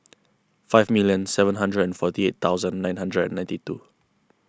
five million seven hundred and forty eight thousand nine hundred and ninety two